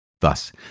Thus